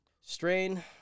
strain